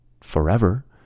forever